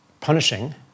punishing